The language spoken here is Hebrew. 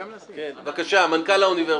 בבקשה, מנכ"ל האוניברסיטה.